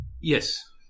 Yes